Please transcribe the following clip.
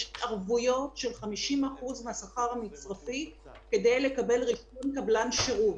יש ערבויות של 50% מהשכר המצרפי כדי לקבל רישיון קבלן שירות.